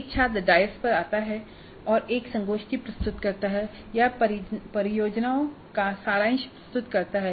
एक छात्र डायस पर आता है और एक संगोष्ठी प्रस्तुत करता है या परियोजना का सारांश प्रस्तुत करता है